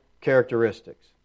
characteristics